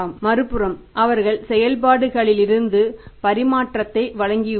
மறுபுறம் அவர்கள் செயல்பாடுகளிலிருந்து பணப்பரிமாற்றத்தை வழங்கியுள்ளனர்